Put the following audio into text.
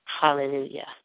Hallelujah